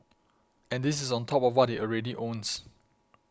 and this is on top of what he already owns